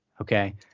Okay